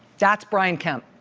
that's brian kemp,